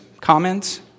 Comments